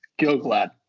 Gilglad